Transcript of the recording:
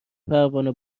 پروانه